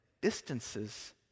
distances